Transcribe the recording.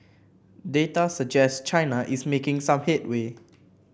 data suggest China is making some headway